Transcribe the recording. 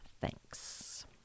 Thanks